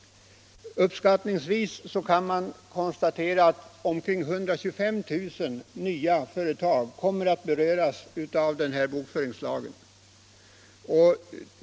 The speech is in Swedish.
Uppskattningsvis 125 000 nya företag kommer att beröras av bokföringslagen.